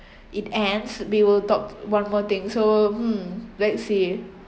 it ends we will talk one more thing so mm let's see